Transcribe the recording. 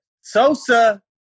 Sosa